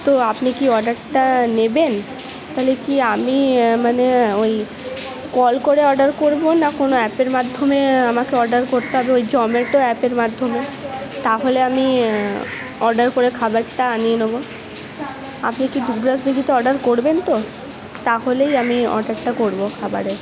তো আপনি কি অর্ডারটা নেবেন তালে কি আমি মানে ওই কল করে অর্ডার করবো না কোনো অ্যাপের মাধ্যমে আমাকে অর্ডার করতে হবে ওই জোম্যাটো অ্যাপের মাধ্যমে তাহলে আমি অর্ডার করে খাবারটা আনিয়ে নেবো আপনি কি দুবরাজ দিঘিতে অর্ডার করবেন তো তাহলেই আমি অর্ডারটা করবো খাবারের